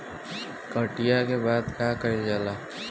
कटिया के बाद का कइल जाला?